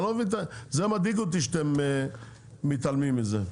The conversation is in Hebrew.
אני לא מבין, זה מדאיג אותי שאתם מתעלמים מזה.